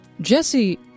Jesse